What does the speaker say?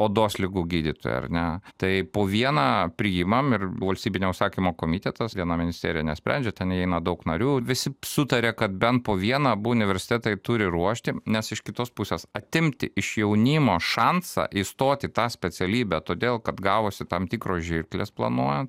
odos ligų gydytoja ar ne tai po vieną priimame ir valstybinio užsakymo komitetas viena ministerija nesprendžia ten įeina daug narių visi sutaria kad bent po vieną abu universitetai turi ruošti nes iš kitos pusės atimti iš jaunimo šansą įstot į tą specialybę todėl kad gavosi tam tikros žirklės planuojant